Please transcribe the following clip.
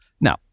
Now